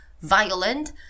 violent